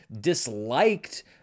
disliked